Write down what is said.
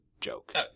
joke